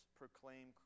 proclaim